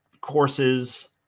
Courses